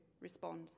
respond